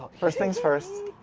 first things first,